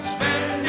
Spend